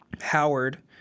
Howard